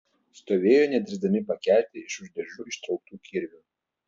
stovėjo nedrįsdami pakelti iš už diržų ištrauktų kirvių